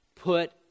put